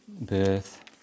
birth